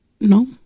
No